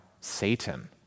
Satan